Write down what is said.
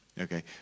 Okay